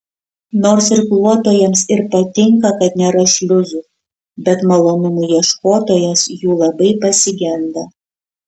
nors irkluotojams ir patinka kad nėra šliuzų bet malonumų ieškotojas jų labai pasigenda